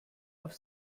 auf